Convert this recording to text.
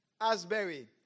Asbury